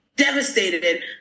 Devastated